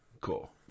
Cool